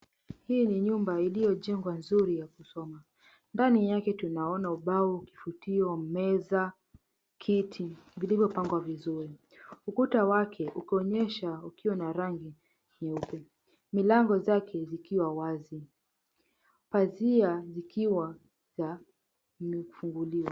Hii ni nyumba iliyojengwa vizuri ya kusoma ndani yake tunaona ubao, kifutio, meza kiti vilivyopangwa vizuri. Ukuta wake ukionyesha ukiwa na rangi nyeupe, milango zake zikiwa wazi. Pazia zikiwa zimefunguliwa.